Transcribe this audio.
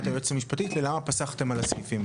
היועצת המשפטית ללמה פסחתם על הסעיפים הללו.